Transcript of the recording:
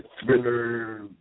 thriller